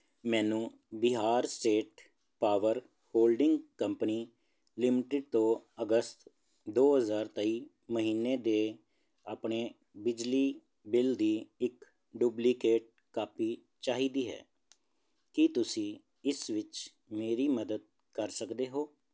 ਮੈਨੂੰ Bihar state power holding company limited ਦੋ ਅਗਸਤ ਦੋ ਹਜ਼ਾਰ ਤੇਈ ਮਹੀਨੇ ਦੇ ਆਪਣੇ ਬਿਜਲੀ ਬਿੱਲ ਦੀ ਇੱਕ ਡੁਪਲੀਕੇਟ ਕਾਪੀ ਚਾਹੀਦੀ ਹੈ ਕੀ ਤੁਸੀਂ ਇਸ ਵਿੱਚ ਮੇਰੀ ਮਦਦ ਕਰ ਸਕਦੇ ਹੋ